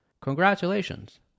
Congratulations